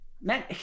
man